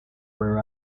wear